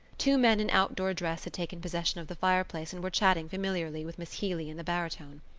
two men in outdoor dress had taken possession of the fireplace and were chatting familiarly with miss healy and the baritone.